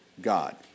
God